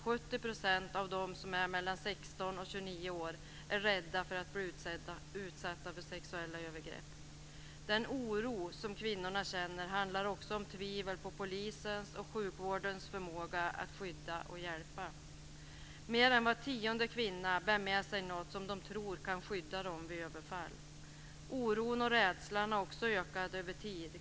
70 % av dem som är mellan 16 och 29 år är rädda för att bli utsatta för sexuella övergrepp. Den oro som kvinnorna känner handlar också om tvivel på polisens och sjukvårdens förmåga att skydda och hjälpa. Mer än var tionde kvinna bär med sig något som de tror kan skydda dem vid överfall. Oron och rädslan har också ökat över tid.